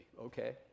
okay